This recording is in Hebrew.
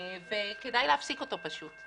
וכדאי פשוט להפסיק אותו.